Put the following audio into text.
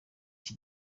iki